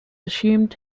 assumed